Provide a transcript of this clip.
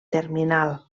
terminal